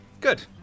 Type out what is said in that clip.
Good